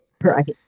Right